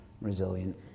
resilient